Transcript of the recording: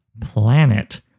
Planet